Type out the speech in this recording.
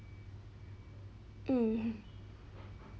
hmm